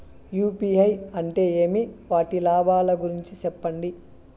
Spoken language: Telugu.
యు.పి.ఐ అంటే ఏమి? వాటి లాభాల గురించి సెప్పండి?